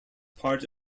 part